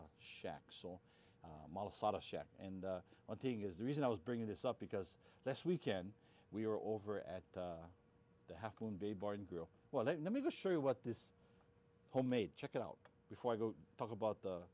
soul and one thing is the reason i was bringing this up because let's weekend we were over at the half moon bay bar and grill well let me show you what this homemade chicken out before i go talk about the